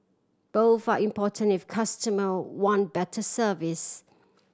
both are important if customer want better service